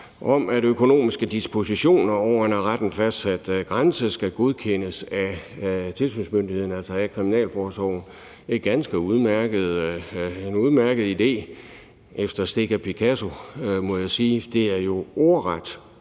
om, at økonomiske dispositioner over en af retten fastsat grænse skal godkendes af tilsynsmyndigheden, altså af Kriminalforsorgen – en ganske udmærket idé efter stik af Picasso, må jeg sige. Det er jo ordret